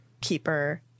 Keeper